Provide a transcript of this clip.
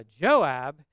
Joab